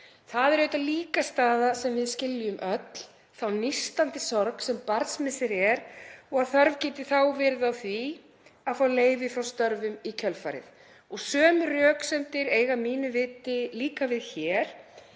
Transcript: Það er auðvitað líka staða sem við skiljum öll, þá nístandi sorg sem barnsmissir er og að þörf geti þá verið á því að fá leyfi frá störfum í kjölfarið. Sömu röksemdir eiga að mínu viti líka við hér